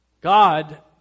God